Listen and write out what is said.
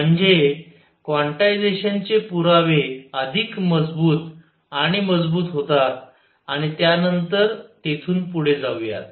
म्हणजे क्वांटायझेशन चे पुरावे अधिक मजबूत आणि मजबूत होतात आणि त्यानंतर तेथून पुढे जाऊयात